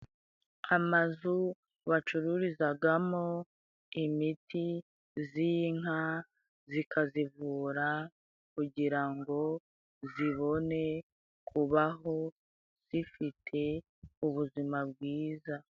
Amazu bacururizagamo imiti zinka, zikazivura kugira ngo zibone kubaho zifite ubuzima bwiza.